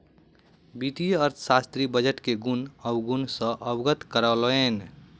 वित्तीय अर्थशास्त्री बजट के गुण अवगुण सॅ अवगत करौलैन